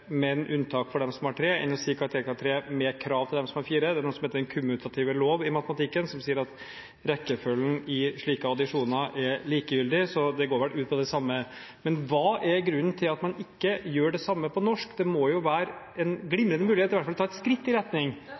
4, men unntak for dem som har karakteren 3, enn å si karakterkrav 3, men med krav til dem som har karakteren 4. Det er noe som heter den kommutative lov i matematikken, som sier at rekkefølgen i slike addisjoner er likegyldig, så det går vel ut på det samme. Men hva er grunnen til at man ikke gjør det samme med norskfaget? Det må være en glimrende mulighet til i hvert fall å ta et skritt i retning